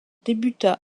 débuta